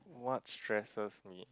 what stresses me